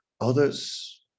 Others